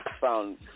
found